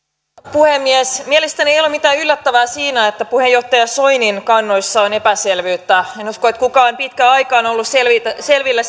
puhemies mielestäni ei ole mitään yllättävää siinä että puheenjohtaja soinin kannoissa on epäselvyyttä en usko että kukaan pitkään aikaan on ollut selvillä